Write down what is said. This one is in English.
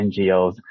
ngos